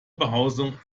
behausung